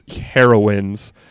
heroines